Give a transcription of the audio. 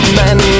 men